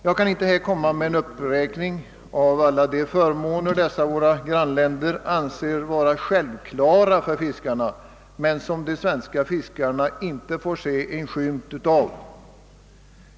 Jag skall inte här komma med någon uppräkning av alla de förmåner som våra grannländer anser vara självklara för fiskarna men som de svenska fiskarna inte får se en skymt av.